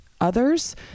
others